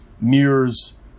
mirrors